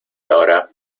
ahora